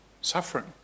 suffering